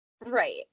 Right